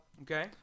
Okay